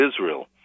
Israel